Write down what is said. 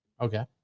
Okay